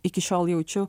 iki šiol jaučiu